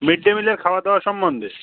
mid day মিলের খাওয়া দাওয়া সম্বন্ধে